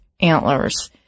antlers